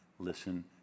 Listen